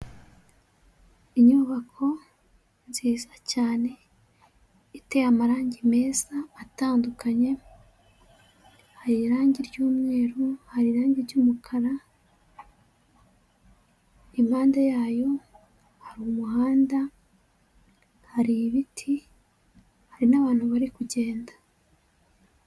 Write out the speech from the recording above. Inyubako nziza cyane iteye amarangi meza atandukanye, hari irangi ry'umweru, hari irangi ry'umukara, impande yayo hari umuhanda, hari ibiti, hari n'abantu bari kugenda.